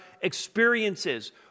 experiences